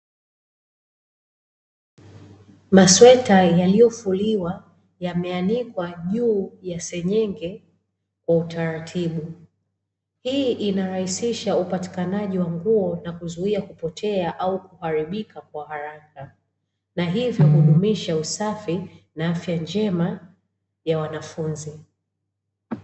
Masweta yaliyofuliwa yameanikwa juu ya senyenge kwa utaratibu. Hii inarahisisha upatikanaji wa nguo na kuzuia kupotea au kuharibika kwa haraka, na hivyo kudumisha usafi na afya njema ya wanafunzi.